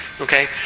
Okay